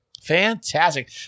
fantastic